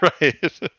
right